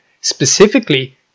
specifically